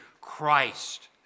Christ